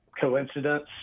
coincidence